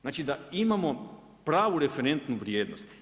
Znači da imamo pravu referentnu vrijednost.